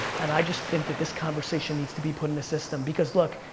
and i just think that this conversation needs to be put in the system because look,